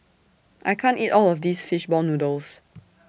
I can't eat All of This Fish Ball Noodles